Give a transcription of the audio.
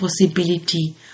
possibility